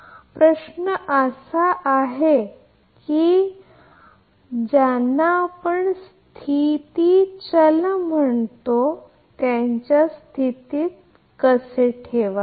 आता प्रश्न असा आहे की आपण त्यांना त्या स्टेट व्हेरिएबल च्या स्वरूपात कसे ठेवावे